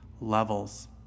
levels